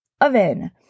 oven